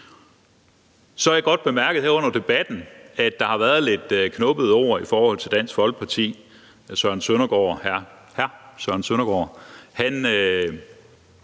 Så har jeg godt bemærket her under debatten, at der har været lidt knubbede ord i forhold til Dansk Folkeparti. Hr. Søren Søndergaard var